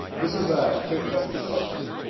this is ah kate messer's question,